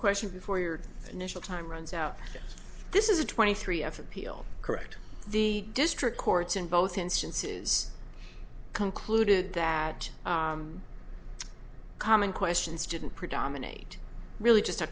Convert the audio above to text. question before your initial time runs out this is a twenty three f appeal correct the district courts in both instances concluded that common questions didn't predominate really just a